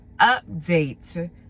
update